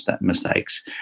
mistakes